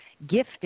gifted